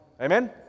Amen